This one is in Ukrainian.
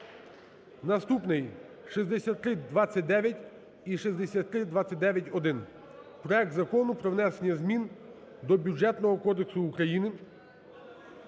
Наступний: 6329 і 6329-1. Проект Закону про внесення змін до Бюджетного кодексу України.